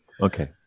okay